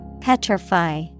Petrify